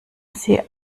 sie